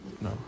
No